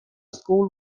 school